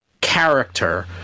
character